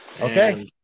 Okay